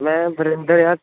ਮੈਂ ਵਰਿੰਦਰ ਹਾਂ